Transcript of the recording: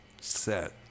set